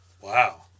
Wow